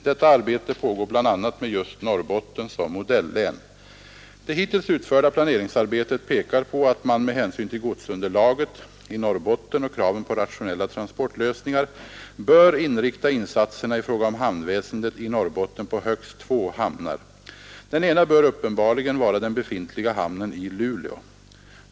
Detta arbete pågår bl.a. med just Norrbotten som modellän. Det hittills utförda planeringsarbetet pekar på att man — med hänsyn till godsunderlaget i Norrbotten och kraven på rationella transportlösningar — bör inrikta insatserna i fråga om hamnväsendet i Norrbotten på högst två hamnar. Den ena bör uppenbarligen vara den befintliga hamnen i Luleå.